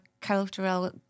cultural